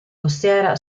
costiera